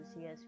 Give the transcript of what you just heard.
Yes